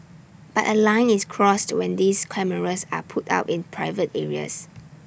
but A line is crossed when these cameras are put up in private areas